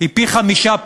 היא פי-חמישה,